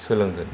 सोलोंगोन